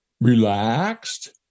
Relaxed